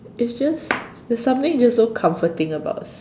it's just there's something just so comforting about